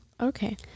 Okay